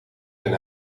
zijn